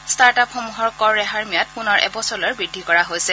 ষ্টাৰ্টআপসমূহৰ কৰ ৰেহাইৰ ম্যাদ পুনৰ এবছৰলৈ বৃদ্ধি কৰা হৈছে